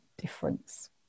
difference